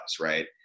right